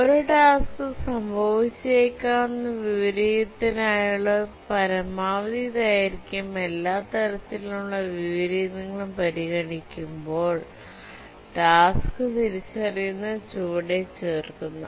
ഒരു ടാസ്ക് സംഭവിച്ചേക്കാവുന്ന വിപരീതത്തിനായുള്ള പരമാവധി ദൈർഘ്യം എല്ലാ തരത്തിലുള്ള വിപരീതങ്ങളും പരിഗണിക്കുമ്പോൾ തിരിച്ചറിയുന്നത് ചുവടെ ചേർക്കുന്നു